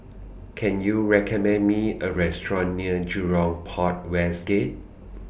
Can YOU recommend Me A Restaurant near Jurong Port West Gate